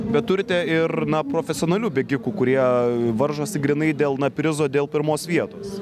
bet turite ir na profesionalių bėgikų kurie varžosi grynai dėl na prizo dėl pirmos vietos